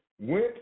went